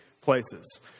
places